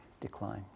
decline